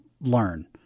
learn